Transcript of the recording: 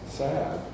sad